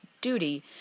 duty